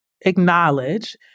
acknowledge